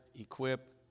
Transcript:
equip